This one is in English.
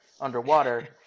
underwater